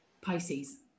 Pisces